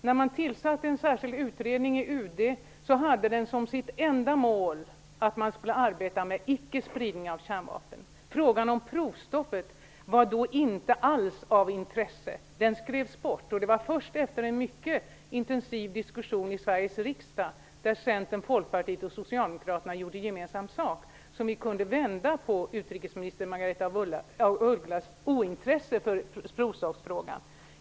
När man tillsatte en utredning i UD hade den som sitt enda mål att den skulle arbeta med ickespridning av kärnvapen. Frågan om provstoppet var då inte alls av intresse. Den skrevs bort. Det var först efter en mycket intensiv diskussion i Sveriges riksdag -- där Centern, Folkpartiet och Socialdemokraterna gjorde gemensam sak -- som vi kunde vända utrikesminister Margaretha af Ugglas ointresse för provstoppsfrågan.